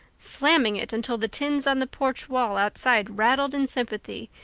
slammed it until the tins on the porch wall outside rattled in sympathy,